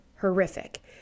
horrific